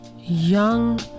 young